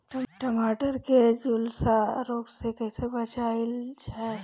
टमाटर को जुलसा रोग से कैसे बचाइल जाइ?